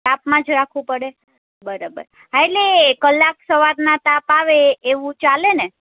તાપમાં જ રાખવું પડે બરાબર હા એટલે કલાક સવારના તાપ આવે એવું ચાલે ને